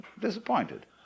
disappointed